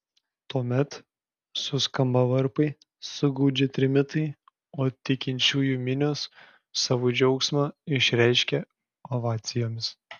tuomet suskamba varpai sugaudžia trimitai o tikinčiųjų minios savo džiaugsmą išreiškia ovacijomis